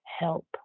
help